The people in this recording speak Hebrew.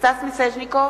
סטס מיסז'ניקוב,